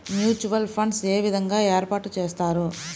Mutual funds ఏ విధంగా ఏర్పాటు చేస్తారు?